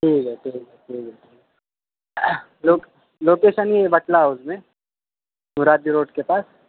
ٹھیک ہے ٹھیک ہے ٹھیک ہے لوکیشن یہ ہے بٹلہ ہاؤس میں مرادی روڈ کے پاس